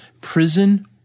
prison